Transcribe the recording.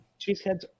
Cheeseheads